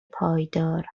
پایدار